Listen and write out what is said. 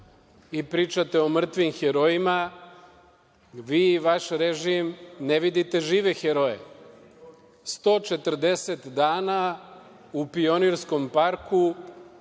pričate o mrtvim herojima, vi i vaš režim ne vidite žive heroje. U Pionirskom parku